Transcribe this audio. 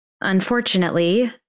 Unfortunately